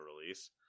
release